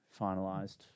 finalised